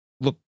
Look